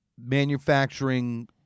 manufacturing